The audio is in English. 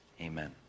Amen